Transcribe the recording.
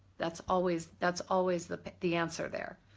that's always, that's always the the answer there.